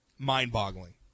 Mind-boggling